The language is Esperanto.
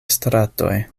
stratoj